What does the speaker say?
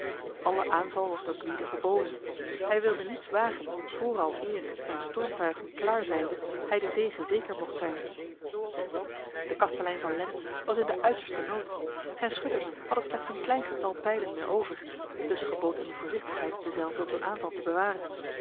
alle aanval was door gwyde verboden hij wilde niets wagen vooraleer zijn stormtuigen klaar zijnde hij de zege zeker mocht zijn de kastelein van lens was in de uiterste nood zijn schutters hadden slechts een klein getal pijlen meer over dus gebood hem de voorzichtigheid dezelve tot een aanval te bewaren